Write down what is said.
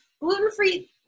gluten-free